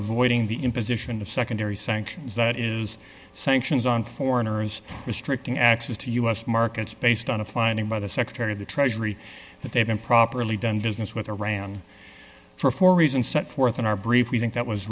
avoiding the imposition of secondary sanctions that is sanctions on foreigners restricting access to u s markets based on a finding by the secretary of the treasury that they've been properly done business with iran for for reasons set forth in our brief we think that was